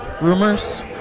rumors